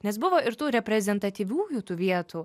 nes buvo ir tų reprezentatyviųjų tų vietų